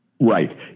Right